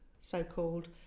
so-called